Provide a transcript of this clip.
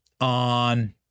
on